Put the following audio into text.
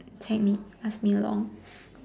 tammy ask me along